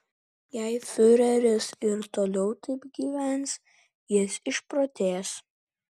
jei fiureris ir toliau taip gyvens jis išprotės